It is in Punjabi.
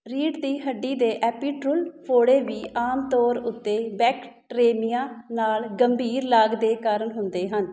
ਰੀੜ੍ਹ ਦੀ ਹੱਡੀ ਦੇ ਐਪੀਟਰੁਲ ਫੋੜੇ ਵੀ ਆਮ ਤੌਰ ਉੱਤੇ ਬੈਕਟਰੇਨੀਆ ਨਾਲ ਗੰਭੀਰ ਲਾਗ ਦੇ ਕਾਰਨ ਹੁੰਦੇ ਹਨ